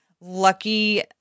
lucky